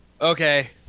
Okay